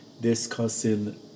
discussing